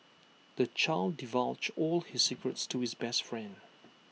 the child divulged all his secrets to his best friend